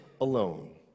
alone